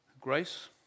grace